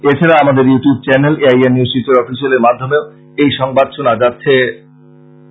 এছাড়া আমাদের YouTube channel A I R news Silchar অফিসিয়ালের মাধ্যমেও এই সংবাদ শুনা যাচ্ছে